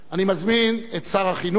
אני מזמין את שר החינוך